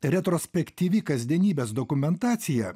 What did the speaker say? retrospektyvi kasdienybės dokumentacija